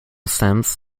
sims